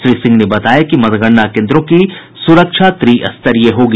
श्री सिंह ने बताया कि मतगणना केन्द्रों की सुरक्षा त्रि स्तरीय होगी